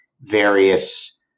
various